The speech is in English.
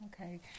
Okay